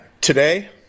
today